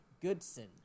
Goodson